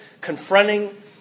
confronting